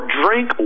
drink